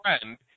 friend